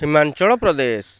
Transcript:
Himachal Pradesh